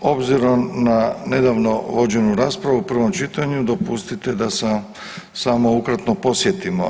Obzirom na nedavno vođenu raspravu u prvom čitanju dopustite da se samo ukratko podsjetimo.